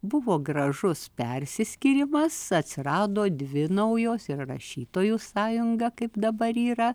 buvo gražus persiskyrimas atsirado dvi naujos ir rašytojų sąjunga kaip dabar yra